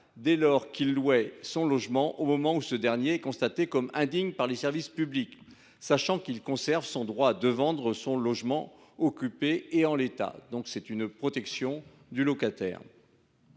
dès lors qu’il louait son logement au moment où ce dernier est considéré comme indigne par les services publics, sachant qu’il conserve son droit de vendre son logement occupé et en l’état. J’y insiste, notre